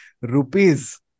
rupees